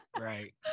right